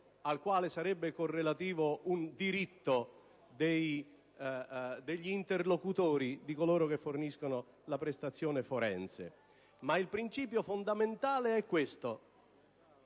al quale sarebbe correlato un diritto degli interlocutori, di coloro che forniscono la prestazione forense. Il principio fondamentale di questa